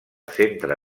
centre